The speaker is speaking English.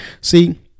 See